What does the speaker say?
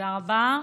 תודה רבה.